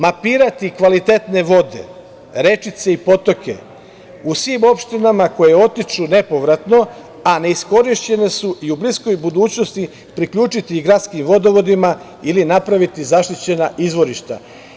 Mapirati kvalitetne vode, rečice i potoke u svim opštinama koje otiču nepovratno, a neiskorišćene su i u bliskoj budućnosti priključiti gradskim vodovodima ili napraviti zaštićena izvorišta.